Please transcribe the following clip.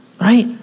right